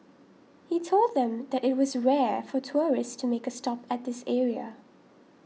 he told them that it was rare for tourists to make a stop at this area